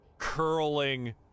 Curling